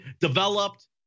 developed